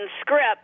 script